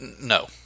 no